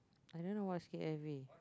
I don't know what's K_I_V